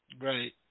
Right